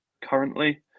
currently